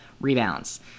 rebounds